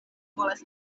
volas